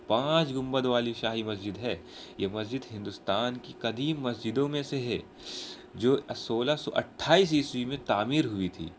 پانچ گنبد والی شاہی مسجد ہے یہ مسجد ہندوستان کی قدیم مسجدوں میں سے ہے جو سولہ سو اٹھائیس عیسوی میں تعمیر ہوئی تھی